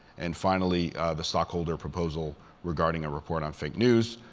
and, finally, the stockholder proposal regarding a report on fake news.